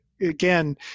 Again